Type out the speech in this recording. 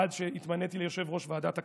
עד שהתמניתי ליושב-ראש ועדת הכלכלה.